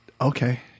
okay